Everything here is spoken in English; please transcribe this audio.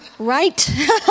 right